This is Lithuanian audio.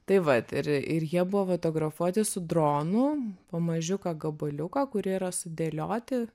tai vat ir ir jie buvo fotografuoti su dronu po mažiuką gabaliuką kur yra sudėlioti